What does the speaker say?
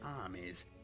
armies